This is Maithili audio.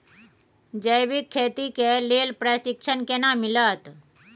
जैविक खेती के लेल प्रशिक्षण केना मिलत?